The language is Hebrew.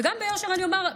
וגם ביושר אני אומר,